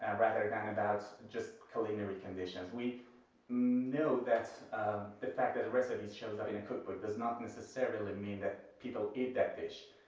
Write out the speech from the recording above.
ah rather than about just culinary conditions. we know that the fact that the recipe shows up in a cookbook does not necessarily mean that people eat that dish.